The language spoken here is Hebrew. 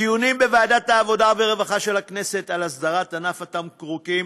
דיונים בוועדת העבודה והרווחה של הכנסת על הסדרת ענף התמרוקים,